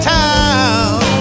town